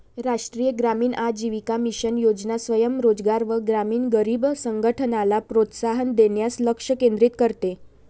राष्ट्रीय ग्रामीण आजीविका मिशन योजना स्वयं रोजगार व ग्रामीण गरीब संघटनला प्रोत्साहन देण्यास लक्ष केंद्रित करते